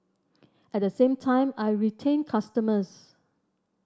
at the same time I retain customers